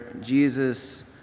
Jesus